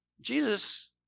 Jesus